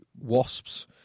Wasps